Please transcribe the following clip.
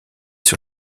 sur